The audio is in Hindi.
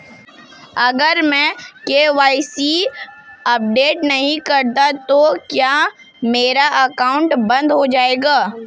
अगर मैं के.वाई.सी अपडेट नहीं करता तो क्या मेरा अकाउंट बंद हो जाएगा?